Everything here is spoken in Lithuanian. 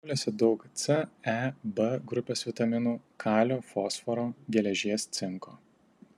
spanguolėse daug c e b grupės vitaminų kalio fosforo geležies cinko